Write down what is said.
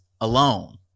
alone